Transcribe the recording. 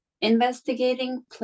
investigating